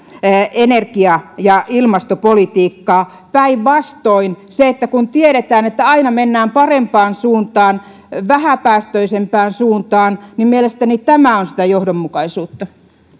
energia ja ilmastopolitiikkaa päinvastoin se kun tiedetään että aina mennään parempaan suuntaan vähäpäästöisempään suuntaan mielestäni on sitä johdonmukaisuutta